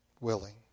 willing